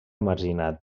marginat